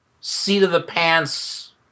seat-of-the-pants